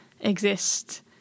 exist